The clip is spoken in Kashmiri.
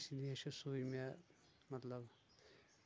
اسی لیے چُھ سُے مےٚ مطلب